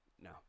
No